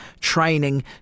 training